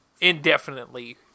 indefinitely